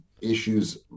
issues